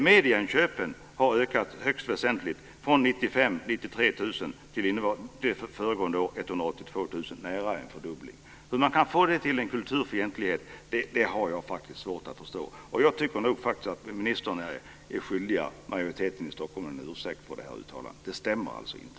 Medieinköpen har ökat högst väsentligt, från 93 000 år 1995 till 182 000 föregående år - nära en fördubbling. Hur man kan få detta till en kulturfientlighet har jag faktiskt svårt att förstå. Jag tycker faktiskt att ministern är skyldig majoriteten i Stockholm en ursäkt för det här uttalandet. Det stämmer inte.